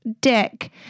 dick